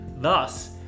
Thus